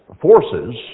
forces